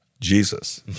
Jesus